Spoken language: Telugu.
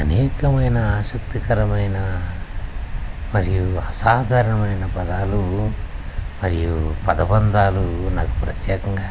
అనేకమైన ఆసక్తికరమైన మరియు అసాధారమైన పదాలు మరియు పదబంధాలు నాకు ప్రత్యేకంగా